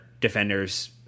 defenders